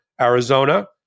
Arizona